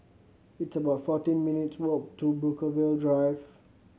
it's about fourteen minutes' walk to Brookvale Drive